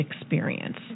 experience